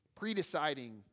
Predeciding